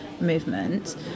movement